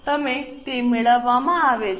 તમે તે મેળવવામાં આવે છે